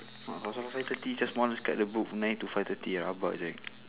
oh so for five thirty just one guy to book nine to five lah thirty how about that